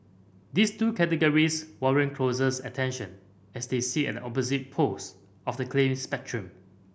these two categories warrant closers attention as they sit at opposite poles of the claim spectrum